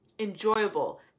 enjoyable